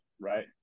right